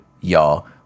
y'all